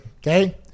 okay